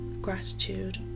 gratitude